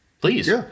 Please